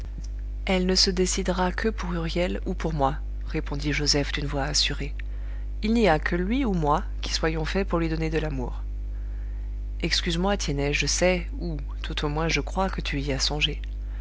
elle ne se décidera que pour huriel ou pour moi répondit joseph d'une voix assurée il n'y a que lui ou moi qui soyons faits pour lui donner de l'amour excuse-moi tiennet je sais ou tout au moins je crois que tu y as songé